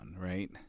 right